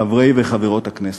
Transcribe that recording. חברי וחברות הכנסת,